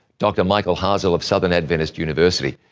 dr. michael hasel of southern adventist university.